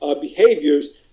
behaviors